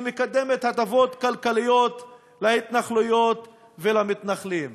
שמקדמת הטבות כלכליות להתנחלויות ולמתנחלים.